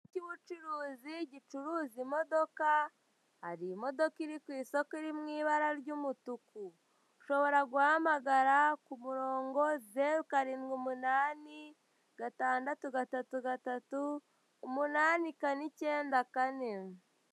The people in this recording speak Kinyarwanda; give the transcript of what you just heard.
Ikigo cy'ubucuruzi gicuruza imodoka hari imodoka iri kwisoko iri mu ibara ry'umutuku ushobora guhamagara k'umurongo zeru, karindwi, umunani, gatandatu, gatatu, gatatu, umunani, kane, icyenda, kane.